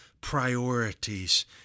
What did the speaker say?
priorities